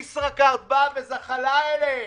ישראכרט זחלה אליהם.